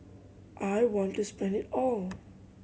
I want to spend it all